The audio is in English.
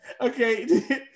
okay